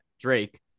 Drake